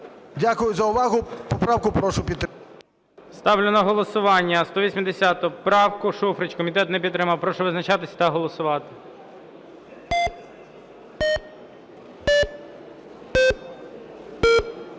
Дякую за увагу. Поправку прошу підтримати. ГОЛОВУЮЧИЙ. Ставлю на голосування 180 правку, Шуфрич. Комітет не підтримав. Прошу визначатися та голосувати.